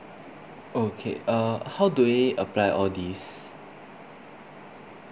okay uh how do we apply all these